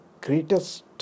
greatest